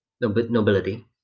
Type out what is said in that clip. nobility